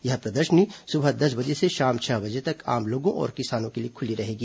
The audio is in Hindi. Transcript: यह प्रदर्शनी सुबह दस बजे से शाम छह बजे तक आम लोगों और किसानों के लिए खुली रहेगी